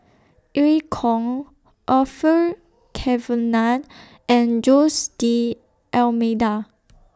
EU Kong Orfeur Cavenagh and Jose D'almeida